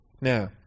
Now